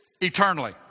Eternally